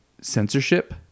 censorship